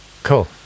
Cool